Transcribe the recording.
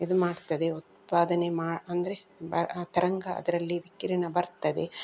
ಇದು ಮಾಡ್ತದೆ ಉತ್ಪಾದನೆ ಮಾ ಅಂದರೆ ಆ ತರಂಗ ಅದರಲ್ಲಿ ವಿಕಿರಣ ಬರ್ತದೆ